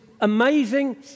amazing